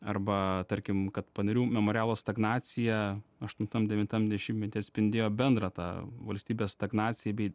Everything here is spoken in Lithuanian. arba tarkim kad panerių memorialo stagnacija aštuntam devintam dešimtmety atspindėjo bendrą tą valstybės stagnaciją bei